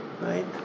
right